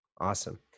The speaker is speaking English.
Awesome